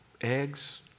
eggs